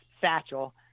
satchel